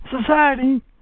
society